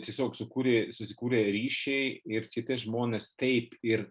tiesiog sukūrė susikūrė ryšiai ir kai tie žmonės taip ir